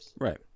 right